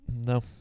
No